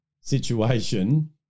situation